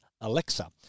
Alexa